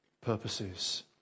purposes